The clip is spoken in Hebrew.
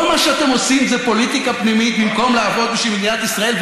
כל מה שאתם עושים זה פוליטיקה פנימית במקום לעבוד בשביל מדינת ישראל.